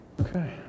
Okay